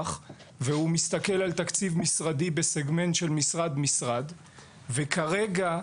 ולהתחיל לטפל בנושא הזה כראוי.